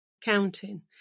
counting